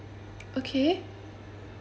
okay